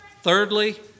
Thirdly